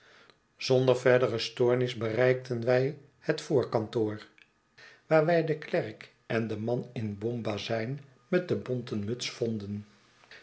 zonder verdere stoornis bereikten wij het voorkantoor waar wij den klerk en den man in bombazijn met de bonten muts vonden